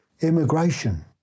immigration